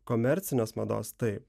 komercinės mados taip